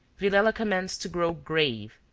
villela commenced to grow grave,